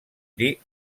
dir